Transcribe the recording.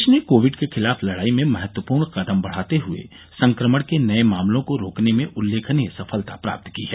देश ने कोविड के खिलाफ लड़ाई में महत्वपूर्ण कदम बढ़ाते हुए संक्रमण के नए मामलों को रोकने में उल्लेखनीय सफलता प्राप्त की है